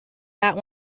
that